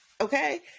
okay